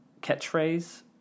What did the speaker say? catchphrase